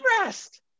rest